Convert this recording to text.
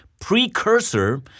precursor